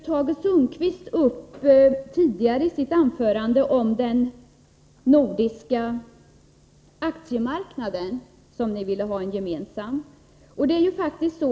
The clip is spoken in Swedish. Tage Sundkvist tog i sitt huvudanförande upp frågan om den nordiska aktiemarknaden. De borgerliga partierna vill ha en gemensam nordisk aktiemarknad.